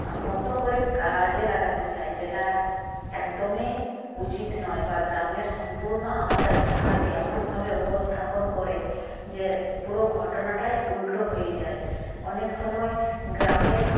মতো করে কাজে লাগাতে চায় যেটা একদমই উচিত নয় বা গ্রামের সম্পূর্ণ আলাদা ঘটনাকে এমনভাবে উপস্থাপন করে যে পুরো ঘটনাটাই উল্টো হয়ে যায় অনেক সময় গ্রামের